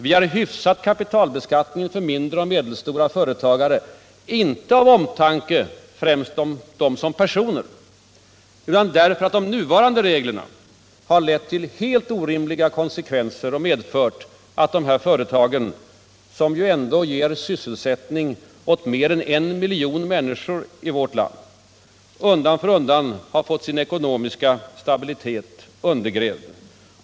Vi har hyfsat kapitalbeskattningen för mindre och medelstora företagare —- inte av omtanke främst om dem som personer, utan därför att de nuvarande reglerna har lett till helt orimliga konsekvenser och medfört att dessa företag, som ändå sysselsätter mer än en miljon människor i vårt land, undan för undan har fått sin ekonomiska stabilitet undergrävd.